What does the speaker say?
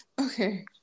Okay